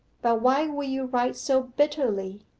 but why will you write so bitterly?